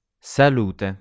Salute